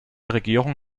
regierung